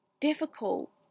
difficult